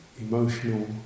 emotional